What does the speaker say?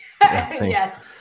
Yes